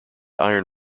iron